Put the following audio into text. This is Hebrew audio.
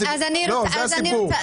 זה הסיפור.